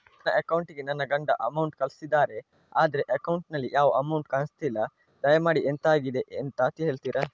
ನನ್ನ ಅಕೌಂಟ್ ಗೆ ನನ್ನ ಗಂಡ ಅಮೌಂಟ್ ಕಳ್ಸಿದ್ದಾರೆ ಆದ್ರೆ ಅಕೌಂಟ್ ನಲ್ಲಿ ಯಾವ ಅಮೌಂಟ್ ಕಾಣಿಸ್ತಿಲ್ಲ ದಯಮಾಡಿ ಎಂತಾಗಿದೆ ಅಂತ ಹೇಳ್ತೀರಾ?